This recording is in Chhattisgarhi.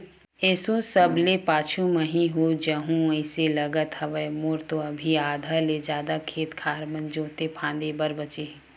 एसो सबले पाछू मही ह हो जाहूँ अइसे लगत हवय, मोर तो अभी आधा ले जादा खेत खार मन जोंते फांदे बर बचें हे